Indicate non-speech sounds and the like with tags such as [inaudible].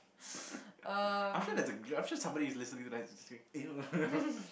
[laughs] I'm sure there I'm sure somebody is listening to that [laughs] !eww!